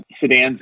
sedans